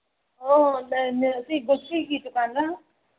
ꯑꯣ ꯁꯤ ꯒ꯭ꯔꯣꯁꯔꯤꯒꯤ ꯗꯨꯀꯥꯟꯂꯥ